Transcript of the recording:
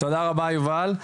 תודה רבה יובל.